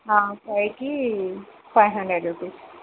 ఫైవ్కి five hundred rupees